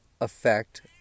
effect